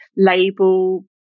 label